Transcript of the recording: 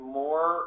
more